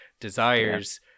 desires